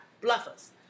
bluffers